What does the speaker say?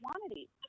quantity